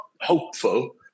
hopeful